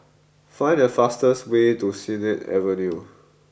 find the fastest way to Sennett Avenue